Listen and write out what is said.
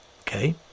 Okay